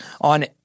on